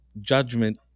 judgment